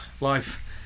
life